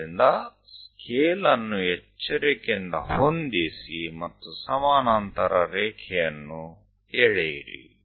ಆದ್ದರಿಂದ ಸ್ಕೇಲ್ ಅನ್ನು ಎಚ್ಚರಿಕೆಯಿಂದ ಹೊಂದಿಸಿ ಮತ್ತು ಸಮಾನಾಂತರ ರೇಖೆಯನ್ನು ಎಳೆಯಿರಿ